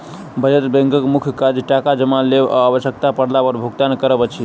बचत बैंकक मुख्य काज टाका जमा लेब आ आवश्यता पड़ला पर भुगतान करब अछि